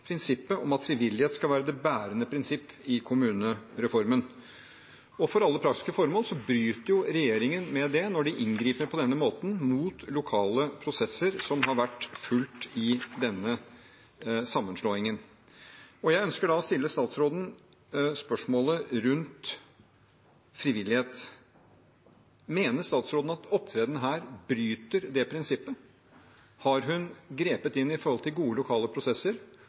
bærende prinsipp i kommunereformen. For alle praktiske formål bryter regjeringen med det når den griper inn på denne måten mot lokale prosesser som har vært fulgt i denne sammenslåingen. Jeg ønsker derfor å stille statsråden spørsmål rundt frivillighet: Mener statsråden at hennes opptreden her bryter det prinsippet? Har hun grepet inn i gode, lokale prosesser